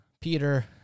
Peter